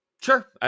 Sure